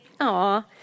Aw